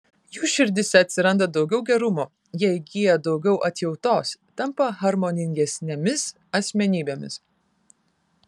jų širdyse atsiranda daugiau gerumo jie įgyja daugiau atjautos tampa harmoningesnėmis asmenybėmis